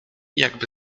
jakby